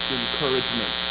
encouragement